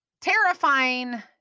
terrifying